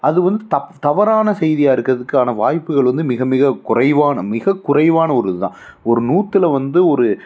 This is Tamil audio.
அது வந்து தப் தவறான செய்தியாக இருக்கிறதுக்கான வாய்ப்புகள் மிக மிக குறைவான மிகக் குறைவான ஒரு இது தான் ஒரு நூற்றில் வந்து ஒரு